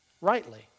rightly